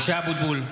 (קורא בשמות חברי הכנסת) משה אבוטבול,